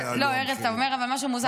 אבל, ארז, אתה אומר משהו מוזר.